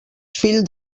fill